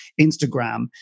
Instagram